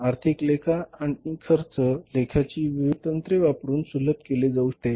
आर्थिक लेखा आणि खर्च लेखाची विविध तंत्रे वापरुन सुलभ केले जाऊ शकते